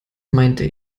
meinte